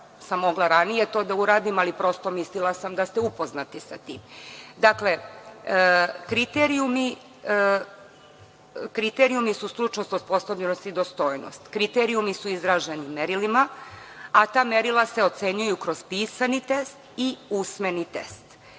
sam mogla ranije to da uradim, ali mislila sam da ste upoznati sa tim. Dakle, kriterijumi su stručnost, osposobljenost i dostojnost. Kriterijumi su izraženi merilima, a ta merila se ocenjuju kroz pisani test i usmeni test.